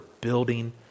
building